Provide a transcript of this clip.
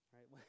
Right